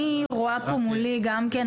אנחנו